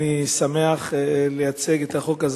אני שמח להציג את החוק,